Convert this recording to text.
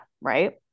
right